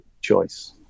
choice